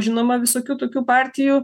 žinoma visokių tokių partijų